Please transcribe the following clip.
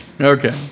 Okay